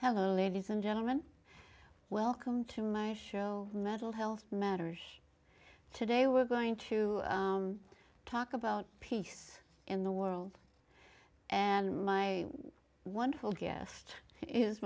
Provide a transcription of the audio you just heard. hello ladies and gentlemen welcome to my show mental health matters today we're going to talk about peace in the world and my wonderful guest is